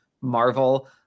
Marvel